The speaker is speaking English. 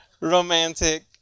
romantic